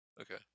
Okay